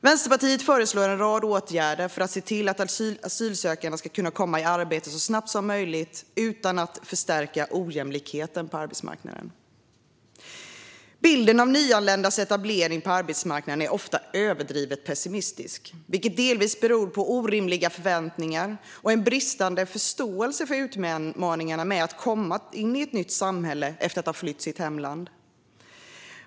Vänsterpartiet föreslår en rad åtgärder för att se till att asylsökande ska kunna komma i arbete så snabbt som möjligt utan att förstärka ojämlikheten på arbetsmarknaden. Bilden av nyanländas etablering på arbetsmarknaden är ofta överdrivet pessimistisk, vilket delvis beror på orimliga förväntningar och en bristande förståelse för utmaningarna med att komma in i ett nytt samhälle efter att ha flytt sitt hemland.